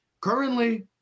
Currently –